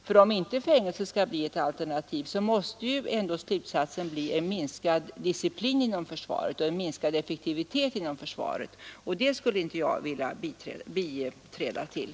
För om inte fängelset skall vara alternativet måste slutsatsen bli minskad disciplin och effektivitet inom försvaret, och det skulle jag inte vilja medverka till.